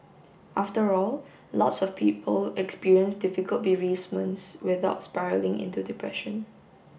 after all lots of people experience difficult bereavements without spiralling into depression